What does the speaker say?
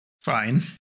Fine